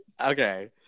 Okay